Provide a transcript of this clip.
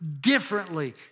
differently